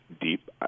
deep